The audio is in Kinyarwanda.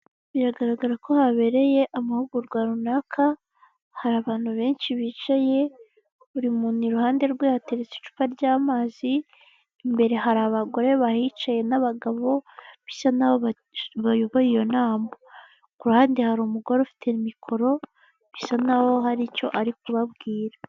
Biragaragara ko habereye amahugurwa runaka, hari abantu benshi bicaye, buri muntu iruhande rwe hateretse icupa ry'amazi, imbere hari abagore bahicaye n'abagabo bisa n'aho bayoboye iyo nama, ku ruhande hari umugore ufite mikoro bisa n'aho hari icyo ari kubabwira.